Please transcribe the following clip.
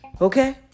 Okay